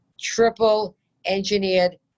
triple-engineered